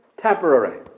Temporary